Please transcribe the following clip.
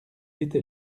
était